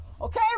Okay